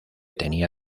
tenía